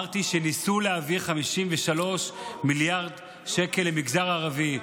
אמרתי שניסו להעביר 53 מיליארד שקל למגזר הערבי.